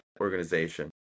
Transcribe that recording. organization